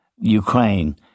Ukraine